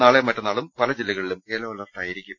നാളെയും മറ്റന്നാളും പല ജില്ലകളിലും യെല്ലോ അലർട്ടായിരിക്കും